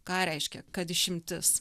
ką reiškia kad išimtis